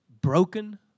broken